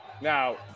Now